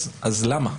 אז למה?